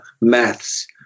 maths